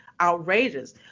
outrageous